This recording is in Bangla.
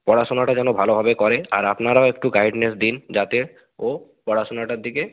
পড়াশোনাটা যেন ভালোভাবে করে আর আপনারাও একটু গাইডনেস দিন যাতে ও পড়াশোনাটার দিকে